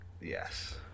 Yes